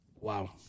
Wow